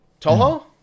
toho